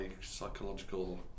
psychological